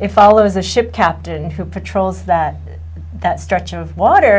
it follows a ship captain who patrols that that stretch of water